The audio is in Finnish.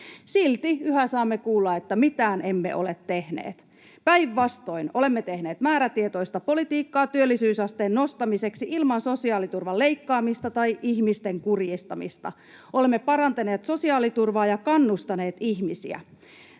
Silti yhä saamme kuulla, että mitään emme ole tehneet. Päinvastoin: Olemme tehneet määrätietoista politiikkaa työllisyysasteen nostamiseksi ilman sosiaaliturvan leikkaamista tai ihmisten kurjistamista, olemme parantaneet sosiaaliturvaa ja kannustaneet ihmisiä.